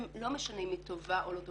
לא משנה אם היא טובה או לא טובה,